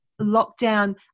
lockdown